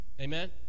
Amen